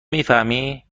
میفهمی